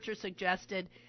suggested